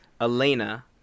Elena